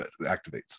activates